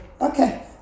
okay